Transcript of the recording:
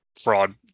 fraud